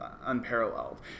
unparalleled